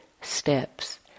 steps